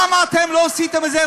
למה אתם לא עשיתם את זה?